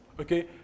okay